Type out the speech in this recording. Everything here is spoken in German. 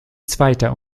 zweiter